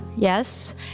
Yes